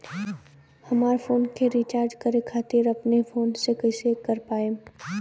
हमार फोन के रीचार्ज करे खातिर अपने फोन से कैसे कर पाएम?